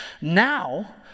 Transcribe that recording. Now